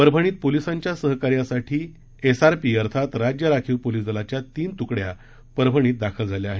परभणीत पोलीसांच्या सहकार्यासाठी एसआरपी अर्थात राज्य राखीव पोलीस दलाच्या तीन तुकड्या परभणीत दाखल झाल्या आहेत